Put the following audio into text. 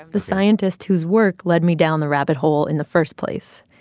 the scientist whose work led me down the rabbit hole in the first place.